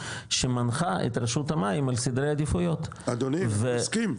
שמנחה את רשות המים על סדרי עדיפויות ו- אדוני אני מסכים.